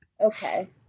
Okay